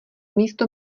místo